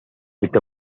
with